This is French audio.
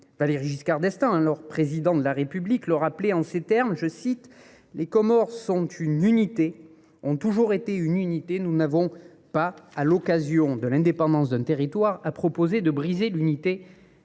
Valéry Giscard d’Estaing, alors Président de la République, le rappelait en ces termes :« les Comores sont une unité, ont toujours été une unité. […] Nous n’avons pas, à l’occasion de l’indépendance d’un territoire, à proposer de briser l’unité